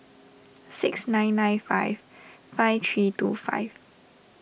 six nine nine five five three two five